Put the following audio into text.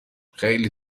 خیلی